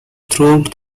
throughout